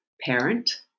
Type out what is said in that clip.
parent